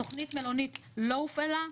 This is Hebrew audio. תכנית מלונית לא הופעלה,